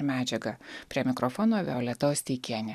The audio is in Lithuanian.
medžiagą prie mikrofono violeta osteikienė